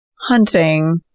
hunting